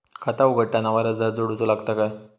खाता उघडताना वारसदार जोडूचो लागता काय?